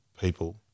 people